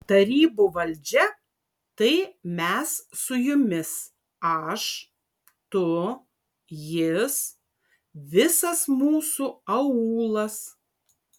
tarybų valdžia tai mes su jumis aš tu jis visas mūsų aūlas